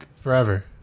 Forever